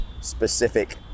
specific